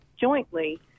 jointly